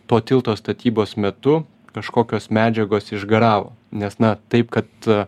to tilto statybos metu kažkokios medžiagos išgaravo nes na taip kad